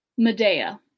Medea